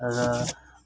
र